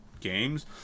games